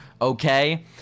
okay